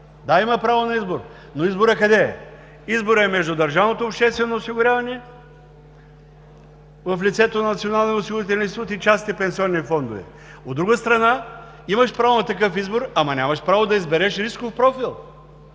Да, има право на избор, но изборът къде е? Изборът е между държавното обществено осигуряване – в лицето на Националния осигурителен институт, и частните пенсионни фондове. От друга страна, имаш право на такъв избор, но нямаш право да избереш рисков профил,